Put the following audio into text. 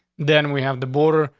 then we have the border.